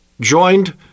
joined